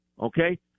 Okay